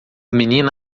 menina